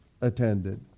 attended